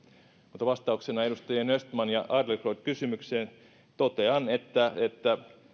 mutta vastauksena edustajien östman ja adlercreutz kysymykseen totean että että